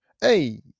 hey